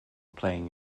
playing